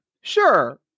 Sure